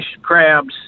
crabs